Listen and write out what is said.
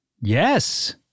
Yes